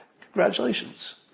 congratulations